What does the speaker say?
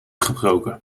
gebroken